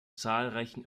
zahlreichen